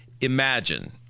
Imagine